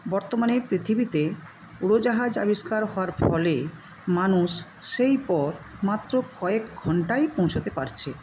বর্তমানে পৃথিবীতে উড়োজাহাজ আবিষ্কার হওয়ার ফলে মানুষ সেই পথ মাত্র কয়েক ঘণ্টায় পৌঁছাতে পারছে